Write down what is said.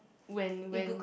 when when